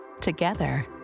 Together